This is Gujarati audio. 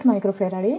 65μF છે